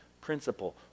principle